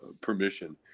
permission